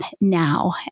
now